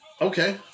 Okay